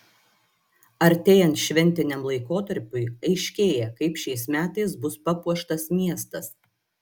artėjant šventiniam laikotarpiui aiškėja kaip šiais metais bus papuoštas miestas